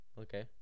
Okay